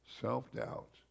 self-doubt